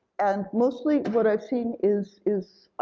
and mostly, what i've seen is is